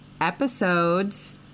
episodes